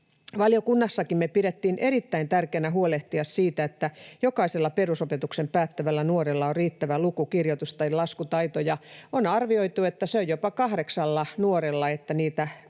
Valiokunnassakin me pidettiin erittäin tärkeänä huolehtia siitä, että jokaisella perusopetuksen päättävällä nuorella on riittävä luku-, kirjotus- ja laskutaito. On arvioitu, että jopa kahdeksannella nuorella joku näistä puuttuu,